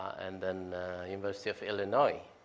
and then university of illinois.